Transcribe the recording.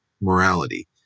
morality